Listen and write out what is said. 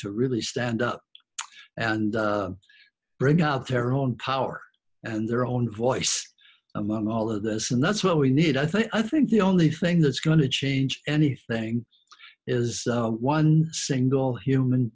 to really stand up and bring out their own power and their own voice among all of us and that's what we need i think i think the only thing that's going to change anything is one single human